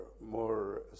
more